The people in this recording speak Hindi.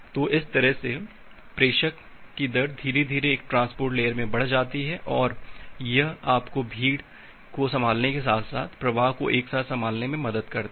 तो इस तरह से प्रेषक की दर धीरे धीरे एक ट्रांसपोर्ट लेयर में बढ़ जाती है और यह आपको भीड़ को संभालने के साथ साथ प्रवाह को एक साथ संभालने में मदद करता है